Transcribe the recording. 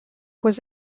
was